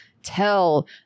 Tell